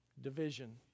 division